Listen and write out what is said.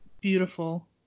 beautiful